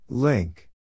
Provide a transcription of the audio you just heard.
Link